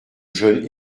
jeune